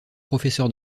professeur